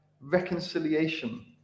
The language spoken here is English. reconciliation